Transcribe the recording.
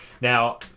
Now